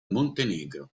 montenegro